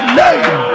name